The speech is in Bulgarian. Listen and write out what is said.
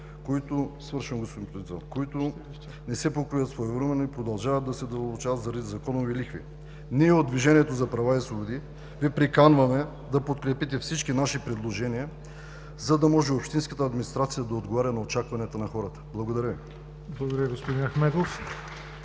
които не се покриват своевременно и продължават да се задълбочават заради законови лихви. Ние от „Движението за права и свободи“ Ви приканваме да подкрепите всички наши предложения, за да може общинската администрация да отговаря на очакванията на хората. Благодаря Ви. (Ръкопляскания от